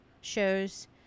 shows